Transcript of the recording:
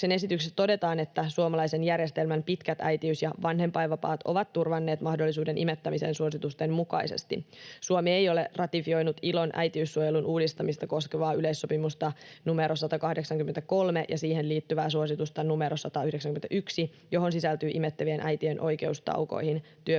esityksessä todetaan, että suomalaisen järjestelmän pitkät äitiys- ja vanhempainvapaat ovat turvanneet mahdollisuuden imettämiseen suositusten mukaisesti. Suomi ei ole ratifioinut ILOn äitiyssuojelun uudistamista koskevaa yleissopimusta numero 183 ja siihen liittyvää suositusta numero 191, johon sisältyy imettävien äitien oikeus taukoihin työpäivän